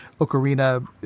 ocarina